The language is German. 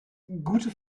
gute